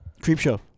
Creepshow